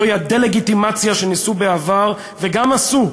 זוהי הדה-לגיטימציה שניסו בעבר לעשות, וגם עשו,